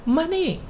money